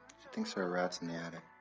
thinks there are rats in the attic.